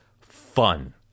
fun